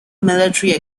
military